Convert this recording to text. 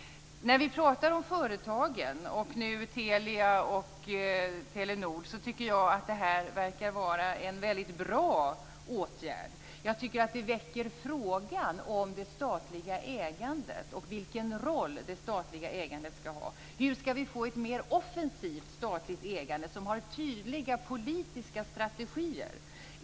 När vi pratar om företagen, Telia och Telenor, måste jag säga att jag tycker att det här verkar vara en mycket bra åtgärd. Det väcker frågan om det statliga ägandet och vilken roll det statliga ägandet skall ha. Hur skall vi få ett mer offensivt statligt ägande som har tydliga politiska strategier?